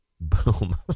Boom